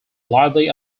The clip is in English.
lively